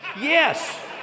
yes